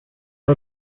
are